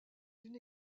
une